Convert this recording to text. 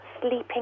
sleeping